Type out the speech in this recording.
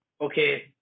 Okay